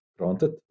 Granted